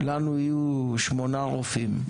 לנו יהיו שמונה רופאים,